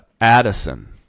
Addison